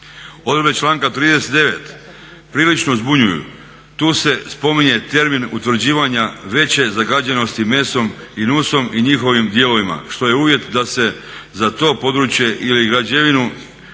Odredbe članka 39. prilično zbunjuju. Tu se spominje termin utvrđivanja veće zagađenosti mesom i nusom i njihovim dijelovima što je uvjet da se za to područje ili građevinu